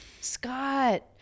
Scott